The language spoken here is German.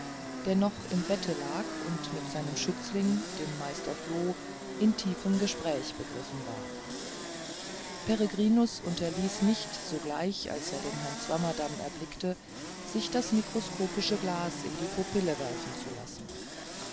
der noch im bette lag und mit seinem schützling dem meister floh in tiefem gespräch begriffen war peregrinus unterließ nicht sogleich als er den herrn swammerdamm erblickte sich das mikroskopische glas in die pupille werfen zu lassen